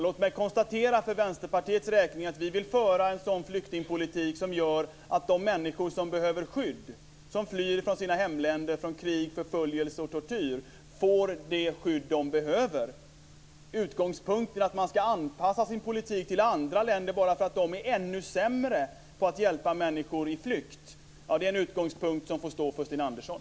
Låt mig för Vänsterpartiets räkning konstatera att vi vill föra en flyktingpolitik som gör att de människor som behöver skydd, som flyr från sina hemländer från krig, förföljelse och tortyr, får det skydd de behöver. Att man ska anpassa sin politik till andra länder bara för att de är ännu sämre på att hjälpa människor i flykt är en utgångspunkt som får stå för Sten Andersson.